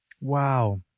Wow